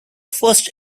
first